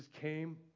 came